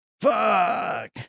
Fuck